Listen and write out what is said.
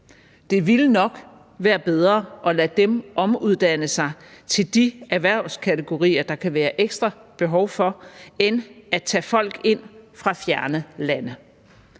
Det ville nok være bedre at lade dem omuddanne sig til de erhvervskategorier, der kan være ekstra behov for, end at tage folk ind fra fjerne lande.